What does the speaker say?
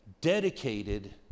dedicated